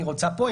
היא רוצה פה,